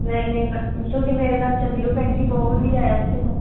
ਨਹੀਂ ਨਹੀਂ ਮੈ ਤੁਸੀਂ ਮੇਰੇ ਨਾਲ ਚੱਲਿਓ ਭੈਣ ਜੀ ਬਹੁਤ ਵਧੀਆ ਆ ਉੱਥੇ ਤਾਂ